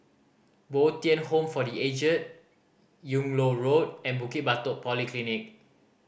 Bo Tien Home for The Aged Yung Loh Road and Bukit Batok Polyclinic